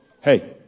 hey